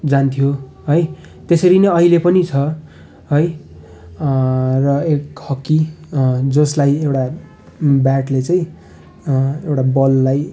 जान्थ्यो है त्यसरी नै अहिले पनि छ है र एक हक्की जसलाई एउटा ब्याटले चाहिँ एउटा बललाई